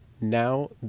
now